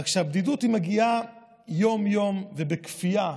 אבל כשהבדידות מגיעה יום-יום ובכפייה,